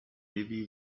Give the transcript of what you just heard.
navy